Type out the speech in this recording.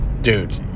Dude